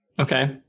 Okay